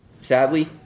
Sadly